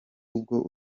ubwo